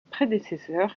prédécesseurs